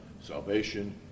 salvation